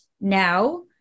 now